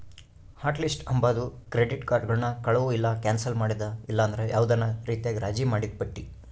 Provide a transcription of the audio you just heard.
hot list ಅಂಬಾದು credit ಕಾರ್ಡುಗುಳ್ನ ಕಳುವು ಇಲ್ಲ ಕ್ಯಾನ್ಸಲ್ ಮಾಡಿದ ಇಲ್ಲಂದ್ರ ಯಾವ್ದನ ರೀತ್ಯಾಗ ರಾಜಿ ಮಾಡಿದ್ ಪಟ್ಟಿ